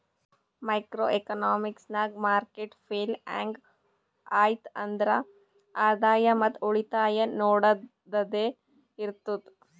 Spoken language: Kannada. ಮೈಕ್ರೋ ಎಕನಾಮಿಕ್ಸ್ ನಾಗ್ ಮಾರ್ಕೆಟ್ ಫೇಲ್ ಹ್ಯಾಂಗ್ ಐಯ್ತ್ ಆದ್ರ ಆದಾಯ ಮತ್ ಉಳಿತಾಯ ನೊಡದ್ದದೆ ಇರ್ತುದ್